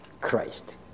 Christ